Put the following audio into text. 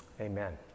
Amen